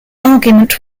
argument